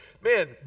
man